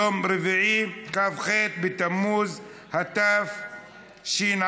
יום רביעי, כ"ח בתמוז התשע"ח,